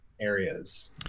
areas